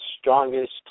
strongest